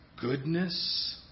goodness